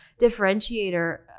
differentiator